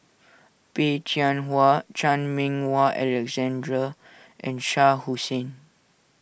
Peh Chin Hua Chan Meng Wah Alexander and Shah Hussain